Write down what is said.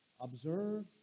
observe